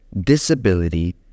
disability